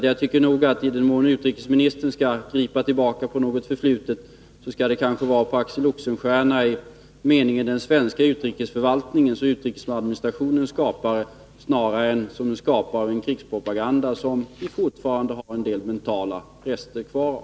Jag tycker nog att i den mån utrikesministern skall gripa tillbaka på något förflutet så skall det gälla Axel Oxenstierna som den svenska utrikesförvaltningens och utrikesadministrationens skapare snarare än som skapare av en krigspropaganda som vi fortfarande har en del mentala rester kvar av.